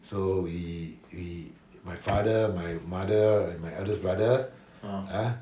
so we we my father my mother and my eldest brother ah